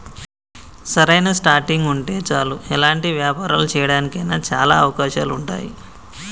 సరైన స్టార్టింగ్ ఉంటే చాలు ఎలాంటి వ్యాపారాలు చేయడానికి అయినా చాలా అవకాశాలు ఉంటాయి